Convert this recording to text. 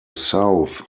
south